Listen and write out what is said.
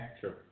sure